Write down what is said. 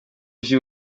nkizi